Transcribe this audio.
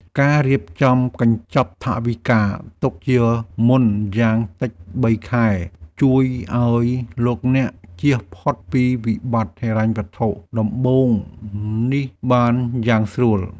ការរៀបចំកញ្ចប់ថវិកាទុកជាមុនយ៉ាងតិចបីខែជួយឱ្យលោកអ្នកជៀសផុតពីវិបត្តិហិរញ្ញវត្ថុដំបូងនេះបានយ៉ាងស្រួល។